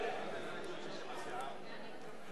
של קבוצת סיעת קדימה,